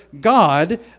God